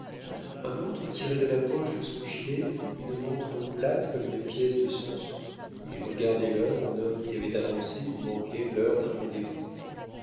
un autre tirait de la poche de son gilet une montre plate comme une pièce de cent sous et regardait l'heure en homme qui avait avancé ou manqué l'heure d'un rendez-vous